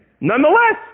Nonetheless